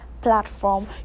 platform